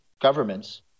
governments